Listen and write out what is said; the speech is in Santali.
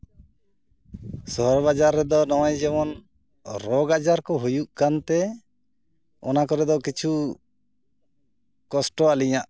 ᱥᱚᱦᱚᱨ ᱵᱟᱡᱟᱨ ᱨᱮᱫᱚ ᱱᱚᱜᱼᱚᱭ ᱡᱮᱢᱚᱱ ᱨᱳᱜᱽ ᱟᱡᱟᱨ ᱠᱚ ᱦᱩᱭᱩᱜ ᱠᱟᱱᱛᱮ ᱚᱱᱟ ᱠᱚᱨᱮ ᱫᱚ ᱠᱤᱪᱷᱩ ᱠᱚᱥᱴᱚ ᱟᱹᱞᱤᱧᱟᱜ